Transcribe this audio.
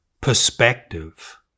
perspective